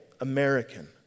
American